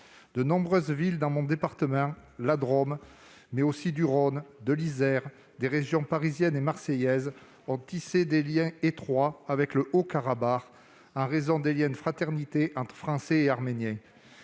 De nombreuses villes de mon département, la Drôme, mais aussi du Rhône, de l'Isère et des régions parisienne et marseillaise ont tissé des liens étroits avec le Haut-Karabakh, en raison des liens de fraternité entre Français et Arméniens.